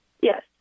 Yes